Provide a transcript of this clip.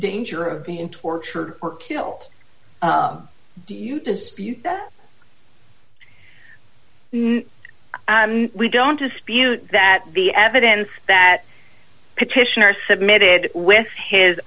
danger of being tortured or killed do you dispute that we don't dispute that the evidence that petitioner submitted with his